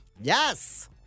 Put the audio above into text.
Yes